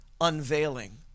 unveiling